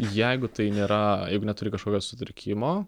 jeigu tai nėra neturi kažkokio sutrikimo